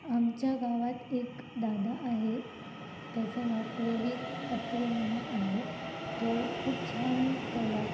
आमच्या गावात एक दादा आहे त्याचं नाव प्रवीन अत्रे म्हणून आहे तो खूप छान कला